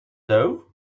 doe